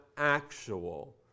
actual